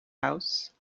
house